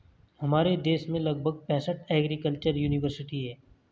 हमारे देश में लगभग पैंसठ एग्रीकल्चर युनिवर्सिटी है